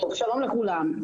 שלום לכולם.